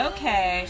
Okay